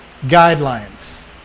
guidelines